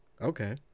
Okay